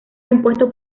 compuesto